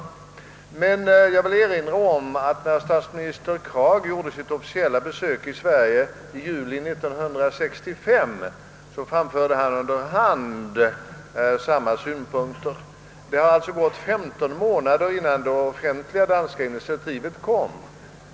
Jag vill emellertid erinra om att statsminister Krag under sitt officiella besök i Sverige i juli 1965 underhand framförde samma synpunkter som senare offentligt. Det gick alltså 15 månader innan det offentliga danska initiativet kom.